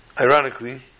ironically